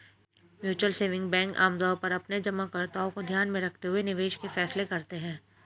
mutual saving bank आमतौर पर अपने जमाकर्ताओं को ध्यान में रखते हुए निवेश के फैसले करते हैं